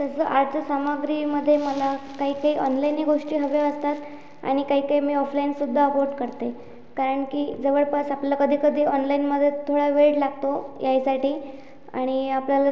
तसं आर्टचं सामग्रीमध्ये मला काही काही ऑनलाईनही गोष्टी हव्या असतात आणि काही काही मी ऑफलाईन सुद्धा अपोर्ड करते कारण की जवळपास आपल्याला कधीकधी ऑनलाईनमध्ये थोडा वेळ लागतो यायसाठी आणि आपल्याला